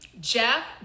Jeff